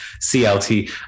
clt